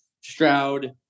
Stroud